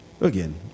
Again